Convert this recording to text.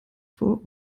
vor